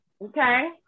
Okay